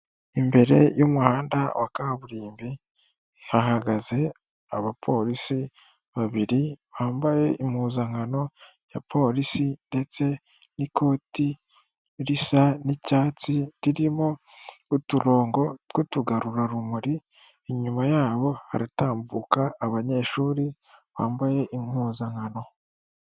Imbere y'umuhanda wa kaburimbi, hahagaze abapolisi babiri bambaye impuzankano ya polisi ndetse n'ikoti risa n'icyatsi, ririmo uturongo tw'utugarurarumuri, inyuma yabo haratambuka abanyeshuri bambaye impuzankano.